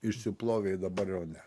išsiplovė i dabar jau ne